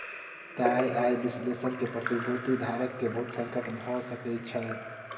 तय आय विश्लेषण में प्रतिभूति धारक के बहुत संकट भ सकै छै